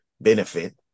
benefit